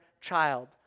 child